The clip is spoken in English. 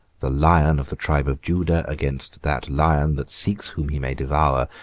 the lion of the tribe of judah against that lion that seeks whom he may devour,